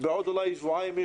בעוד שבועיים,